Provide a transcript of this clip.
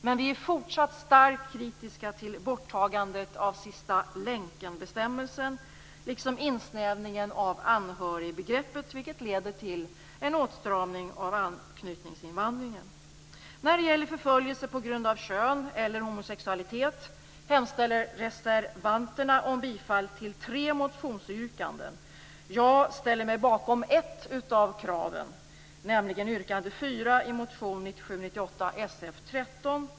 Men vi är fortsatt starkt kritiska till borttagandet av sista-länkenbestämmelsen, liksom till insnävningen av anhörigbegreppet, som leder till en åtstramning av anknytningsinvandringen. När det gäller förföljelse på grund av kön eller homosexualitet hemställer reservanterna om bifall till tre motionsyrkanden. Jag ställer mig bakom ett av kraven, nämligen yrkande 4 i motion 1997/98:Sf13.